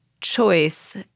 choice